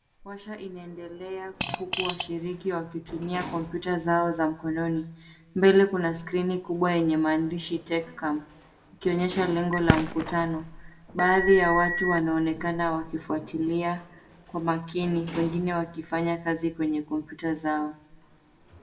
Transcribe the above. Washa inaendelea huku washiriki wakitumia kompyuta zao za mkononi, mbele kuna skrini kubwa enye maandishi Teccam ikionyesha lengo la mkutano baadhi wa watu wakionekana wakifwatilia kwa makini wengine wakifanya kazi kwenye kompyuta zao.